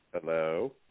Hello